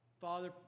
Father